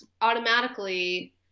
automatically